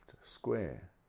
square